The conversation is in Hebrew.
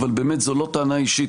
אבל באמת זו לא טענה אישית,